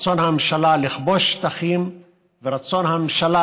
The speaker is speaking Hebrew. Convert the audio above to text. רצון הממשלה לכבוש שטחים ורצון הממשלה